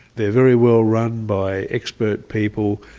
they're very well run by expert people,